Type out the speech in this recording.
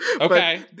okay